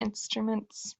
instruments